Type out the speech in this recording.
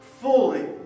fully